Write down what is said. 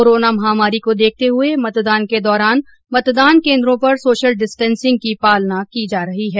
corona महामारी को देखते हुए मतदान के दौरान मतदान केन्द्रों पर सोशल डिस्टेंसिंग की पालना की जा रही है